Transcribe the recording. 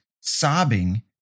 sobbing